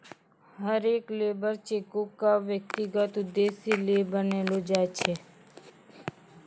हरेक लेबर चेको क व्यक्तिगत उद्देश्य ल बनैलो जाय छै